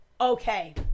okay